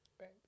Right